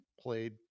played